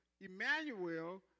Emmanuel